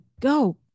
go